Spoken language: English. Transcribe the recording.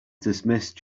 dismissed